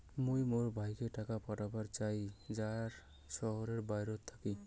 মুই মোর ভাইকে টাকা পাঠাবার চাই য়ায় শহরের বাহেরাত থাকি